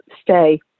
stay